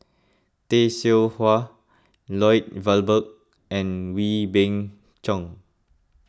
Tay Seow Huah Lloyd Valberg and Wee Beng Chong